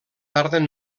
tarden